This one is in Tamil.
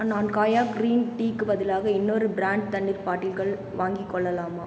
நான் காயா கிரீன் டீக்கு பதிலாக இன்னொரு பிராண்ட் தண்ணீர் பாட்டில்கள் வாங்கிக் கொள்ளலாமா